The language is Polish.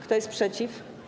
Kto jest przeciw?